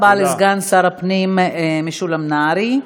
תודה רבה לסגן שר הפנים משולם נהרי.